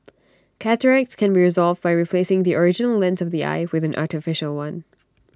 cataracts can be resolved by replacing the original lens of the eye with an artificial one